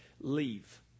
leave